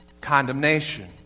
Condemnation